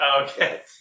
Okay